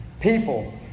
people